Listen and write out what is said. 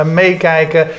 meekijken